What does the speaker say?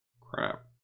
crap